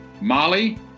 Molly